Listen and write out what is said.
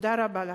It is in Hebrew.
תודה רבה לכם.